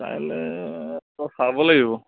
কাইলৈ চাব লাগিব